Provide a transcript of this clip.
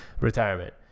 retirement